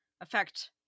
affect